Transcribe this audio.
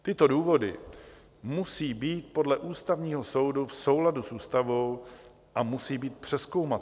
Tyto důvody musí být podle Ústavního soudu v souladu s ústavou a musí být přezkoumatelné.